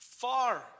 far